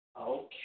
okay